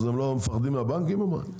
הם מפחדים מהבנקים או מה?